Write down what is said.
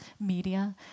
media